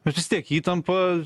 bet vis tiek įtampa